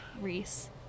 Reese